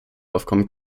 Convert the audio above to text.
aufkommen